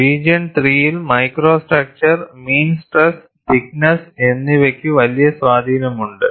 region 3 ൽ microstructure mean stress thickness എന്നിവയ്ക്ക് വലിയ സ്വാധീനമുണ്ട്